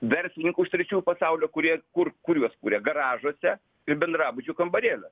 verslininkų iš trečiųjų pasaulio kurie kur kur juos kūrė garažuose ir bendrabučių kambarėliuo